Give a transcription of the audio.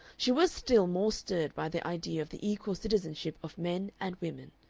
she was still more stirred by the idea of the equal citizenship of men and women,